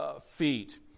feet